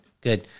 Good